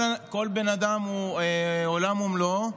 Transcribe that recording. כל בן אדם הוא עולם ומלואו,